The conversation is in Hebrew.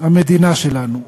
המדינה שלנו.